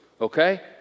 okay